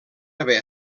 haver